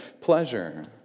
pleasure